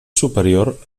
superior